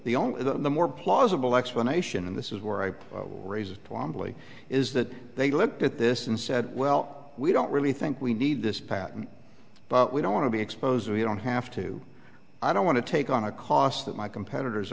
the only the more plausible explanation and this is where i pay raises promptly is that they looked at this and said well we don't really think we need this patent but we don't want to be exposed we don't have to i don't want to take on a cost that my competitors